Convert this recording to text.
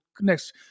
next